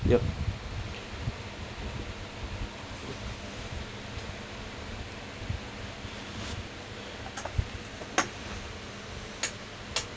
yup